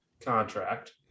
contract